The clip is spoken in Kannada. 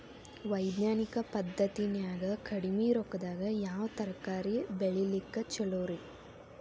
ವೈಜ್ಞಾನಿಕ ಪದ್ಧತಿನ್ಯಾಗ ಕಡಿಮಿ ರೊಕ್ಕದಾಗಾ ಯಾವ ತರಕಾರಿ ಬೆಳಿಲಿಕ್ಕ ಛಲೋರಿ?